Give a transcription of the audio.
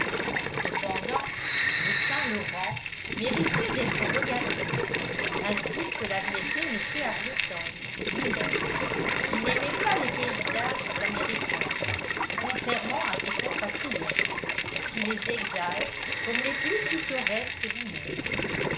cependant le saint-laurent méritait d'être regardé ainsi que l'admettait m arbuton lui-même qui n'aimait pas les paysages américains contrairement à ses compatriotes qui les exaltent comme les plus pittoresques du monde